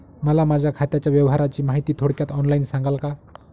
मला माझ्या खात्याच्या व्यवहाराची माहिती थोडक्यात ऑनलाईन सांगाल का?